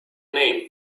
name